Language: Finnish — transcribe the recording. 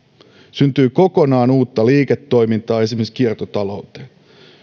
syntyy kokonaan uutta liiketoimintaa esimerkiksi kiertotalouteen